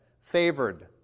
favored